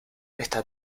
esta